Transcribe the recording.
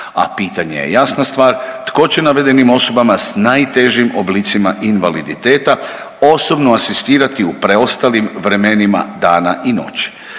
a pitanje je jasna stvar, tko će navedenim osobama s najtežim oblicima invaliditeta osobno asistirati u preostalim vremenima dana i noći.